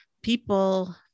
People